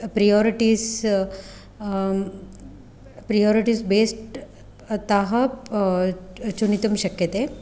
priorities priorities based ताः चिनोतुं शक्यते